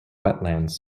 wetlands